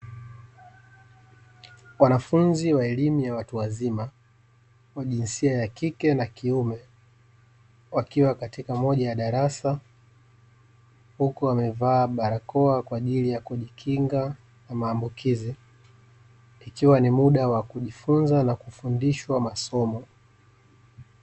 Wanafunzi wa elimu ya watu wazima, wa jinsia ya kike na kiume, wakiwa katika moja ya darasa; huku wamevaa barakoa kwa ajili ya kujikinga na maambukizi. Ikiwa ni muda wa kujifunza na kufundishwa masomo.